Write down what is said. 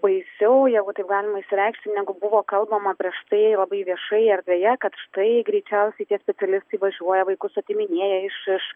baisiau jeigu taip galima išsireikšti negu buvo kalbama prieš tai labai viešai erdvėje kad štai greičiausiai tie specialistai važiuoja vaikus atiminėja iš iš